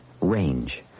Range